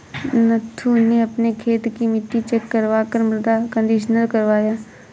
नथु ने अपने खेत की मिट्टी चेक करवा कर मृदा कंडीशनर करवाया